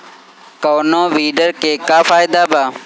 कौनो वीडर के का फायदा बा?